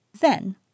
Then